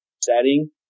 setting